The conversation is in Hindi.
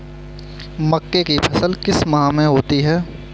मक्के की फसल किस माह में होती है?